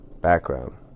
background